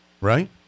Right